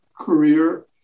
career